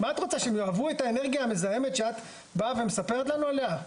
מה את רוצה שהם יאהבו את האנרגיה המזהמת שאת באה ומספרת לנו עליה?